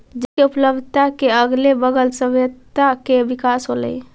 जल के उपलब्धता के अगले बगल सभ्यता के विकास होलइ